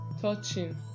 touching